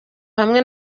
hamwe